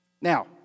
Now